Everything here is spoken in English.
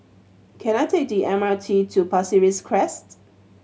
can I take the M R T to Pasir Ris Crest